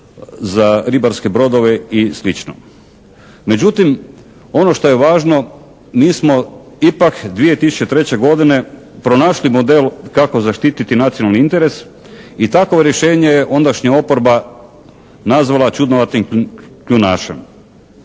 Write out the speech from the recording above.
za ribarske brodove i slično. Međutim, ono što je važno …/Govornik se ne razumije./… ipak 2003. godine pronašli model kako zaštiti nacionalni interes i takovo rješenje je ondašnja oporba nazvala čudnovatim kljunašem.